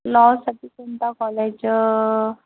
लॉसाठी कोणता कॉलेज